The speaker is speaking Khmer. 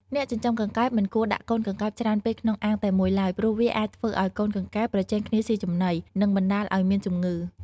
អ្នកចិញ្ចឹមកង្កែបមិនគួរដាក់កូនកង្កែបច្រើនពេកក្នុងអាងតែមួយឡើយ ព្រោះវាអាចធ្វើឲ្យកូនកង្កែបប្រជែងគ្នាសុីចំណី និងបណ្តាលឲ្យមានជំងឺ។